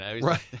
right